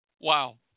Wow